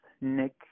Nick